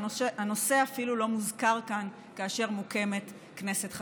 והנושא אפילו לא מוזכר כאן כאשר מוקמת כנסת חדשה.